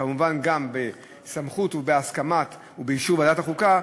כמובן, גם בסמכות ובהסכמת ובאישור ועדת החוקה,